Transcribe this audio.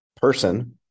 person